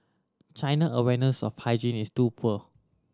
China awareness of hygiene is too poor